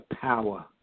power